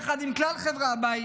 יחד עם כלל חברי הבית,